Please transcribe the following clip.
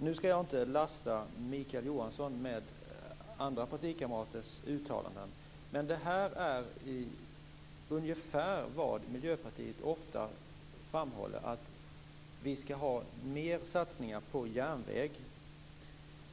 Nu skall jag inte lasta Mikael Johansson med andra partikamraters uttalanden, men detta är ungefär vad Miljöpartiet ofta framhåller. Man vill ha mer satsningar på järnväg.